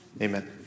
amen